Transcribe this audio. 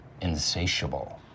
insatiable